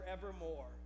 forevermore